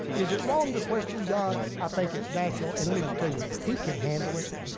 is it wrong to question god? i think it's natural, and let me just tell you, he can handle it.